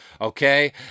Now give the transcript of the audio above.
Okay